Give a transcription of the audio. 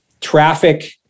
Traffic